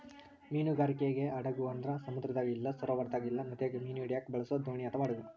ಮೀನುಗಾರಿಕೆ ಹಡಗು ಅಂದ್ರ ಸಮುದ್ರದಾಗ ಇಲ್ಲ ಸರೋವರದಾಗ ಇಲ್ಲ ನದಿಗ ಮೀನು ಹಿಡಿಯಕ ಬಳಸೊ ದೋಣಿ ಅಥವಾ ಹಡಗು